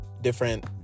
different